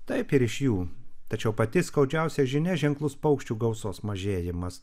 taip ir iš jų tačiau pati skaudžiausia žinia ženklus paukščių gausos mažėjimas